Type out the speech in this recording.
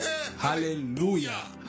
hallelujah